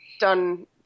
done